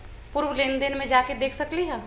पूर्व लेन देन में जाके देखसकली ह?